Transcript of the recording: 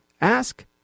Ask